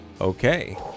Okay